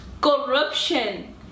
corruption